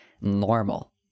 normal